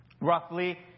Roughly